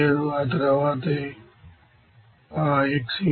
ఆ తర్వాత ఆ xA3 0